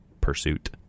pursuit